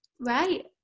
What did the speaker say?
Right